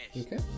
Okay